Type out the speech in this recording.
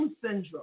syndrome